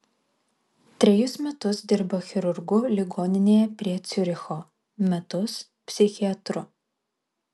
trejus metus dirbo chirurgu ligoninėje prie ciuricho metus psichiatru